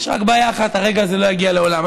יש רק בעיה אחת, הרגע הזה לא יגיע לעולם.